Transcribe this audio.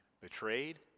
betrayed